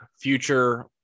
future